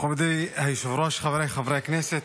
מכובדי היושב-ראש, חבריי חברי הכנסת,